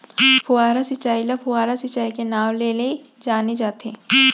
फव्हारा सिंचई ल फोहारा सिंचई के नाँव ले जाने जाथे